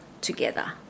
together